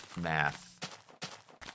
math